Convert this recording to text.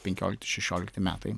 penkiolikti šešiolikti metai